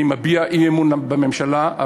אני מביע אי-אמון בממשלה,